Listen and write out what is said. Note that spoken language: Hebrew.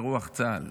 מרוח צה"ל,